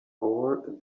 all